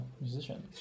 musician